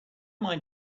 mind